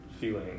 feeling